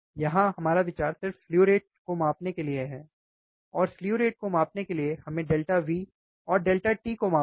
यहाँ हमारा विचार सिर्फ स्लु रेट को मापने के लिए है और स्लु रेट को मापने के लिए हमें डेल्टा V और डेल्टा t को मापना है